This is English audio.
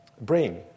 brain